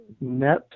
net